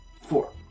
four